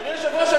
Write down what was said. אדוני היושב-ראש,